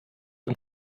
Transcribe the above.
and